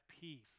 peace